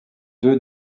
deux